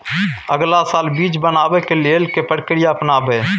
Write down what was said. अगला साल बीज बनाबै के लेल के प्रक्रिया अपनाबय?